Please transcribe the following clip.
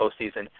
postseason